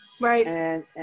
Right